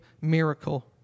miracle